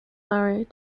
married